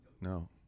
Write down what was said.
No